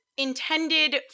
intended